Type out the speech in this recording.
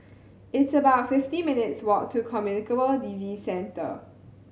it's about fifty minutes walk to Communicable Disease Centre